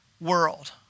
world